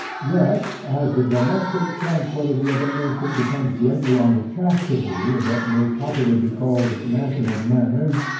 yet, as the domestic tranquillity of a nation, depends greatly, on the chastity of what may properly be called national manners,